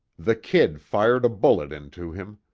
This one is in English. the kid fired a bullet into him.